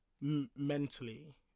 mentally